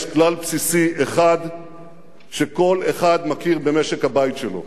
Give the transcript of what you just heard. יש כלל בסיסי אחד שכל אחד מכיר במשק-הבית שלו: